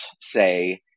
say